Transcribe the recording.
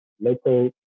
local